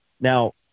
Now